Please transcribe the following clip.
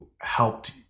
helped